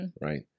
Right